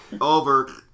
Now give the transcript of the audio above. over